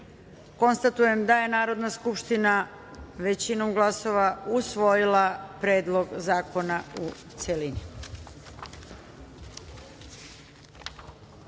niko. Konstatujem da je Narodna skupština većinom glasova usvojila Predlog zakona u celini. Pošto